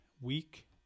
Week